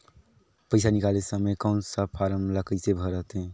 पइसा निकाले समय कौन सा फारम ला कइसे भरते?